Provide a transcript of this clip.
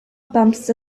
pumps